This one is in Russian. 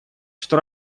что